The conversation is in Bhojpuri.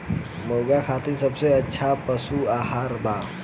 मुर्गा खातिर सबसे अच्छा का पशु आहार बा?